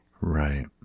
Right